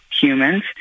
humans